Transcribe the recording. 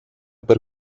per